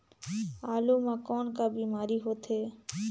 आलू म कौन का बीमारी होथे?